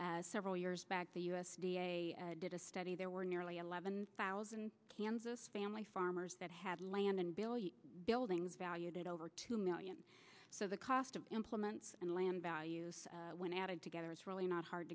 as several years back the u s did a study there were nearly eleven thousand kansas family farmers that had land and buildings valued at over two million so the cost of implements and land values when added together is really not hard